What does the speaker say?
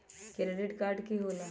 Credit card की होला?